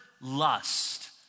lust